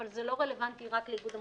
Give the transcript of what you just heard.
אבל זה לא רלוונטי רק לאיגוד המוסכים,